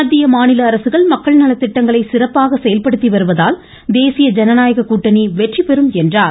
மத்திய மாநில அரசுகள் மக்கள் நலத்திட்டங்களை சிறப்பாக செயல்படுத்தி வருவதால் தேசிய ஜனநாயக கூட்டணி வெற்றி பெறும் என்றார்